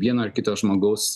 vieno ar kito žmogaus